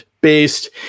based